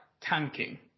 tanking